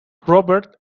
robert